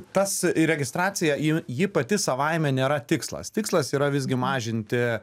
tas registracija ji ji pati savaime nėra tikslas tikslas yra visgi mažinti